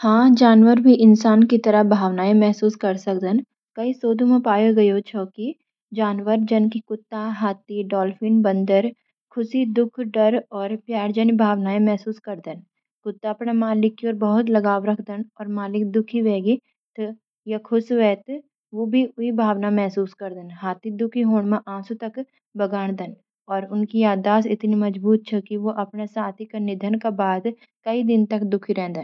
हां, जानवर भी इंसान की तरह भावनाएँ महसूस कर सकदन। कई शोधां मा यो पायो ग्यो च कि कई जानवर, जैंत कि कुत्ता, हाथी, डॉल्फिन और बंदर, खुशी, दुःख, डर, और प्यार जैंसी भावनाएँ महसूस करदन। कुत्ता अपने मालिक की ओर बहुत लगाव रखदन और जब मालिक दुःखी हो या खुश हो, तो यो भी उई भावना महसूस करदन। हाथी दुःखी होण मा आँसू तक बगाणदा और उन्की याददाश्त इतनी मजबूत च कि वो अपने साथी का निधन का बाद कई दिन तक दुःखी रहणा।